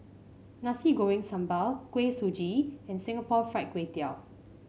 Nasi Goreng Sambal Kuih Suji and Singapore Fried Kway Tiao